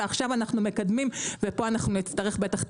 ועכשיו אנחנו מקדמים ופה בטח נצטרך את